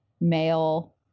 male